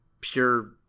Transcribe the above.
pure